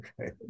Okay